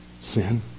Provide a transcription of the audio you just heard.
Sin